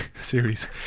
series